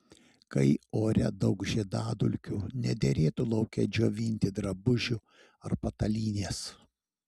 kai ore daug žiedadulkių nederėtų lauke džiovinti drabužių ar patalynės